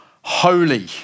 Holy